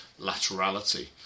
laterality